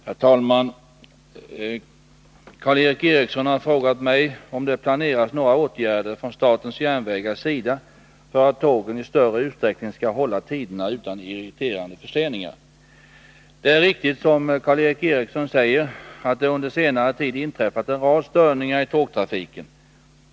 Herr talman! Karl Erik Eriksson har frågat mig om det planeras några åtgärder från statens järnvägars sida för att tågen i större utsträckning skall hålla tiderna utan irriterande förseningar. Det är riktigt som Karl Erik Eriksson säger att det under senare tid inträffat en rad störningar i tågtrafiken.